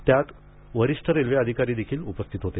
यात वरिष्ठ रेल्वे अधिकारी देखील उपस्थित होते